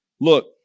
look